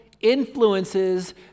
influences